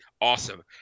awesome